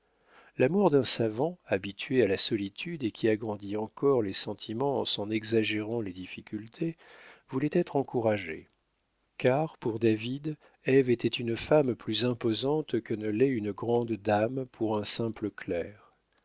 l'amour d'un savant habitué à la solitude et qui grandit encore les sentiments en s'en exagérant les difficultés voulait être encouragé car pour david ève était une femme plus imposante que ne l'est une grande dame pour un simple